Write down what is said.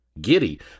Giddy